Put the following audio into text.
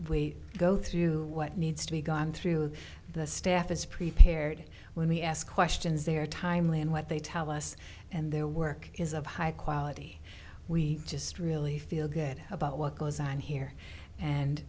we go through what needs to be gone through the staff is prepared when we ask questions they're timely and what they tell us and their work is of high quality we just really feel good about what goes on here and